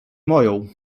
moją